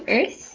Earth